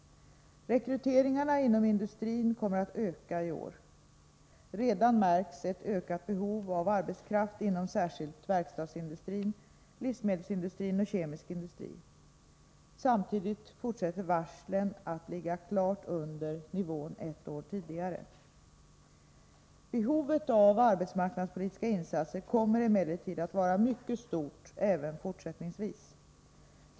Rekryteringarna inom industrin kommer att öka i år. Redan märks ett ökat behov av arbetskraft inom särskilt verkstadsindustrin, livsmedelsindustrin och kemisk industri. Samtidigt fortsätter varslen att ligga klart under nivån ett år tidigare. Behovet av arbetsmarknadspolitiska insatser kommer emellertid att vara mycket stort även fortsättningsvis.